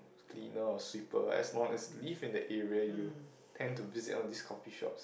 cleaner or sweeper as long as you live in the area you tend to visit all these coffee shop